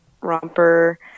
romper